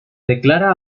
declara